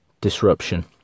disruption